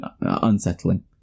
unsettling